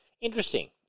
Interesting